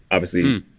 obviously,